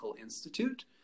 Institute